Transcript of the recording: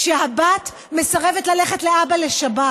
כשהבת מסרבת ללכת לאבא לשבת.